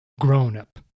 Grown-up